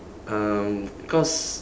um cause